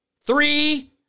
Three